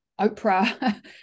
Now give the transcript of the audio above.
Oprah